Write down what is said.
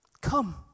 Come